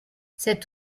cet